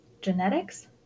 genetics